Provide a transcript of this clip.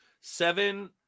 Seven